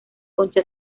concha